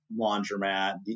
laundromat